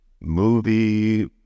movie